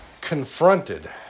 Confronted